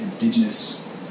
indigenous